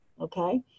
okay